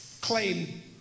claim